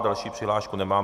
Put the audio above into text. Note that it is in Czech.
Další přihlášku nemám.